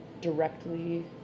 Directly